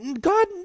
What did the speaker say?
God